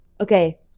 Okay